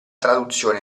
traduzione